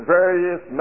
various